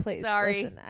Sorry